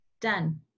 done